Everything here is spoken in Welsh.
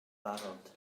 barod